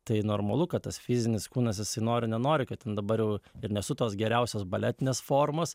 tai normalu kad tas fizinis kūnas jisai nori nenori kad dabar jau ir nesu tos geriausios baletinės formos